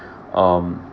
um